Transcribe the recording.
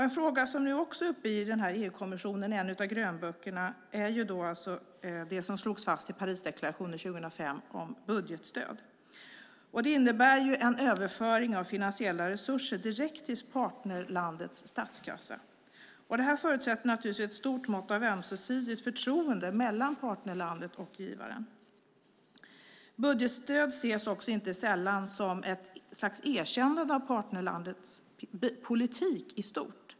En fråga som också är uppe i EU-kommissionen genom en av grönböckerna är det som slogs fast i Parisdeklarationen 2005 om budgetstöd. Det innebär en överföring av finansiella resurser direkt till partnerlandets statskassa. Det förutsätter naturligtvis ett stort mått av ömsesidigt förtroende mellan partnerlandet och givaren. Budgetstöd ses inte heller sällan som ett slags erkännande av partnerlandets politik i stort.